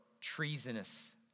treasonous